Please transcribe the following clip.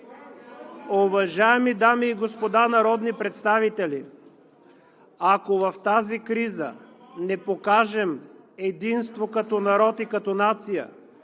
Уважаеми дами и господа народни представители, ако в тази криза не покажем единство като народ и като нация,